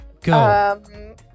Go